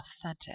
authentic